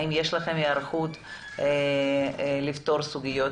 האם יש לכם היערכות לפתור סוגיות?